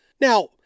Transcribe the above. Now